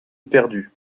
perdue